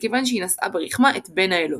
וכיוון שהיא נשאה ברחמה את "בן האלוהים".